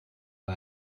man